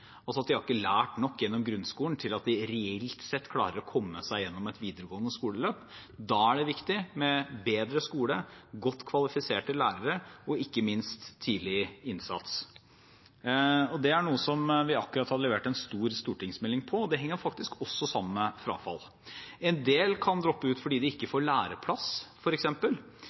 altså at de ikke har lært nok gjennom grunnskolen til at de reelt sett klarer å komme seg gjennom et videregående skoleløp. Da er det viktig med bedre skole, godt kvalifiserte lærere og ikke minst tidlig innsats. Det er noe som vi akkurat har levert en stor stortingsmelding på, og det henger faktisk også sammen med frafall. En del kan droppe ut fordi de ikke får læreplass,